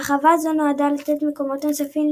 הרחבה זו נועדה לתת מקומות נוספים